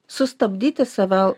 sustabdyti save